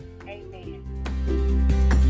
Amen